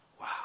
Wow